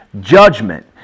judgment